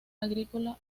agrícola